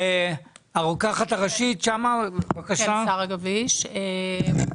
שרה גביש,